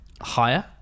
higher